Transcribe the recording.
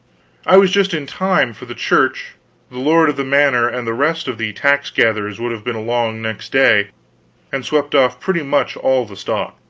i was just in time for the church, the lord of the manor, and the rest of the tax-gatherers would have been along next day and swept off pretty much all the stock,